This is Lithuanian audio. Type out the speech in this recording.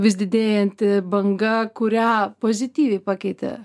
vis didėjanti banga kurią pozityviai pakeitė